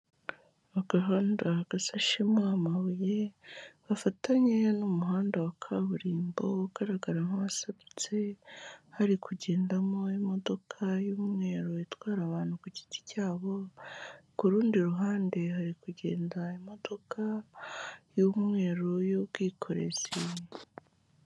Agahanda gasashemo amabuye, gafatanye n'umuhanda wa kaburimbo ugaragara nk'uwasadutse. Hari kugendamo imodoka y'umweru itwara abantu ku giti cyabo, ku rundi ruhande hari kugenda imodoka y'umweru y'ubwikorezi.